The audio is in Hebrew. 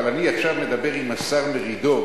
אבל אני עכשיו מדבר עם השר מרידור,